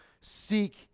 seek